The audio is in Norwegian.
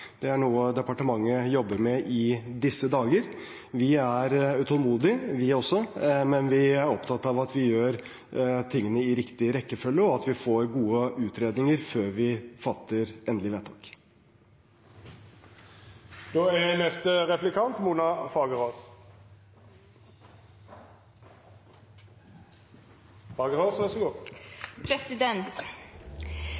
Det er noe departementet jobber med i disse dager. Også vi er utålmodige, men vi er opptatt av at vi gjør tingene i riktig rekkefølge, og at vi får gode utredninger før vi fatter endelig